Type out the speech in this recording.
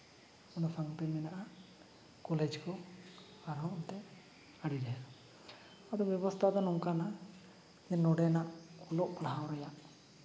ᱚᱱᱟ ᱥᱟᱶᱛᱮ ᱢᱮᱱᱟᱜᱼᱟ ᱠᱚᱞᱮᱡᱽ ᱠᱚ ᱟᱨᱦᱚᱸ ᱚᱱᱛᱮ ᱟᱹᱰᱤ ᱟᱫᱚ ᱵᱮᱵᱚᱥᱛᱷᱟ ᱫᱚ ᱚᱱᱠᱟᱱᱟ ᱡᱮ ᱱᱚᱰᱮᱱᱟᱜ ᱚᱞᱚᱜ ᱯᱟᱲᱦᱟᱣ ᱨᱮᱭᱟᱜ